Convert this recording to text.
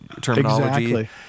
terminology